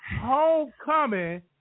homecoming